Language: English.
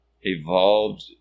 evolved